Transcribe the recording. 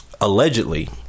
allegedly